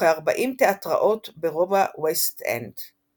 וכארבעים תיאטראות ברובע וסט אנד.